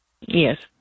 Yes